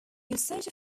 usage